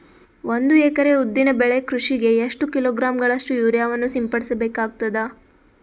ಒಂದು ಎಕರೆ ಉದ್ದಿನ ಬೆಳೆ ಕೃಷಿಗೆ ಎಷ್ಟು ಕಿಲೋಗ್ರಾಂ ಗಳಷ್ಟು ಯೂರಿಯಾವನ್ನು ಸಿಂಪಡಸ ಬೇಕಾಗತದಾ?